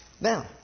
Now